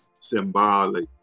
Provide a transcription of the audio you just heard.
symbolic